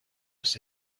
was